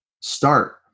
start